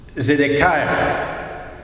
Zedekiah